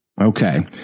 Okay